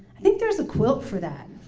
i think there's a quilt for that.